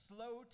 Slow